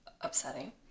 upsetting